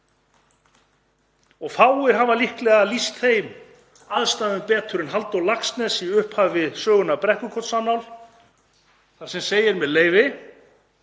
Fáir hafa líklega lýst þeim aðstæðum betur en Halldór Laxness í upphafi sögunnar Brekkukotsannáll þar sem segir, með leyfi